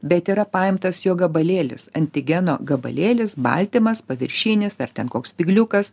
bet yra paimtas jo gabalėlis antigeno gabalėlis baltymas paviršinis ar ten koks spygliukas